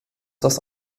das